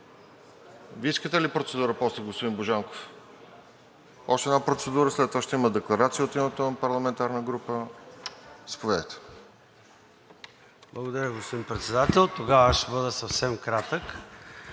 искате ли процедура после, господин Божанков? Още една процедура, след това ще има декларация от името на парламентарна група. Заповядайте. ЙОРДАН ЦОНЕВ (ДПС): Благодаря, господин Председател. Тогава ще бъда съвсем кратък